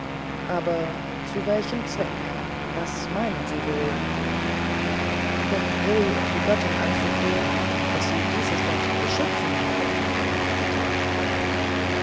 aber zu welchem zwecke meinen sie wohl doch wohl um die göttin anzuflehen daß sie diese stadt beschützen möge vermutete amanda